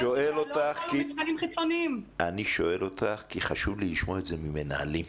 אני שואל אותך כי חשוב לי לשמוע את זה ממנהלים.